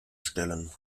stellen